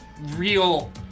real